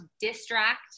distract